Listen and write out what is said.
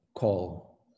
call